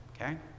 okay